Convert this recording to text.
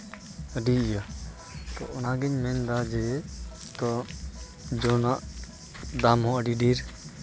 ᱟᱹᱰᱤ ᱤᱭᱟᱹ ᱛᱳ ᱚᱱᱟᱜᱤᱧ ᱢᱮᱱᱫᱟ ᱡᱮ ᱛᱳ ᱡᱚᱱᱟᱜ ᱫᱟᱢ ᱦᱚᱸ ᱟᱹᱰᱤ ᱰᱷᱮᱨ